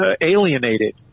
alienated